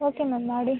okay ma'am ಮಾಡಿ